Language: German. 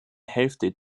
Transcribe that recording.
hälfte